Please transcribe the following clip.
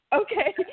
Okay